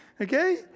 Okay